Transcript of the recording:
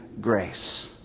grace